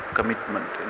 Commitment